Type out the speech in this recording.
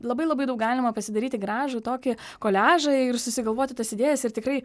labai labai daug galima pasidaryti gražų tokį koliažą ir susigalvoti tas idėjas ir tikrai